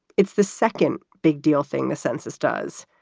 it's the second big deal thing the census does.